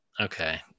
okay